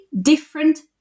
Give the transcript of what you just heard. different